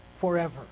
forever